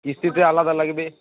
কিস্তিতে আলাদা লাগবে